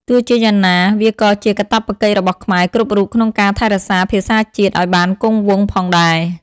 ទោះជាយ៉ាងណា វាក៏ជាកាតព្វកិច្ចរបស់ខ្មែរគ្រប់រូបក្នុងការថែរក្សាភាសាជាតិឱ្យបានគង់វង្សផងដែរ។